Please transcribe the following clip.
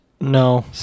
No